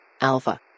Alpha